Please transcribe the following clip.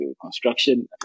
construction